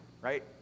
right